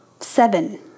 seven